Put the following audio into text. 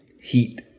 heat